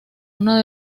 uno